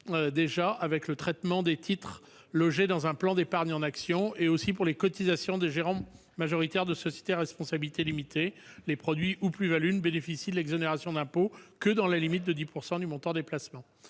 déjà pour le traitement des titres logés dans un plan d'épargne en actions ou pour les cotisations des gérants majoritaires de sociétés à responsabilité limitée. Les produits et plus-values ne bénéficient de l'exonération d'impôt que dans la limite de 10 % du montant des placements.